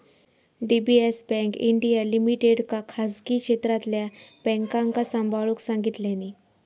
DBS bank India लिमिटेडका खासगी क्षेत्रातल्या बॅन्कांका सांभाळूक सांगितल्यानी